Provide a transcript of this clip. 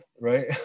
right